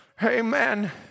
Amen